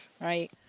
right